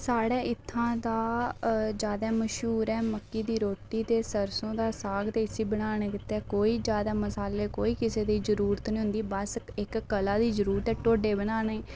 साढ़ा इत्थूं दा जादै मश्हूर ऐ मक्की दी रोटी ते सरसों दा साग ते इसी बनाने आस्तै कोई मसालें दी जादै जरूरत निं होंदी बस इक्क कला दी जरूरत ऐ ढोडे बनाने ई